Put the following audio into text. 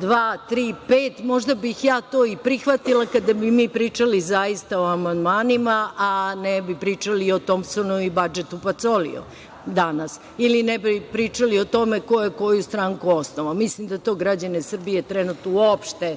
dva, tri, pet, možda bih ja to i prihvatila kada bi mi pričali zaista o amandmanima, a ne bi pričali o Tompsonu i Badžetu Pacoliju danas, ili ne bi pričali o tome ko je koju stranku osnovao. Mislim da to građane Srbije trenutno uopšte